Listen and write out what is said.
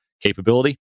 capability